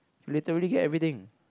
literally get everything